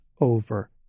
over